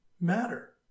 matter